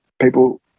people